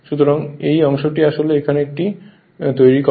সুতরাং এই অংশটি এখানে এটি তৈরি করে